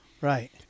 Right